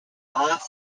off